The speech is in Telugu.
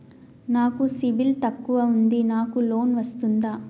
నాకు సిబిల్ తక్కువ ఉంది నాకు లోన్ వస్తుందా?